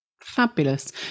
Fabulous